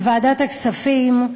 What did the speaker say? בוועדת הכספים,